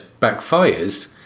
backfires